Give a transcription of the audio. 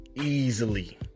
easily